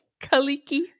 Kaliki